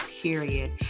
period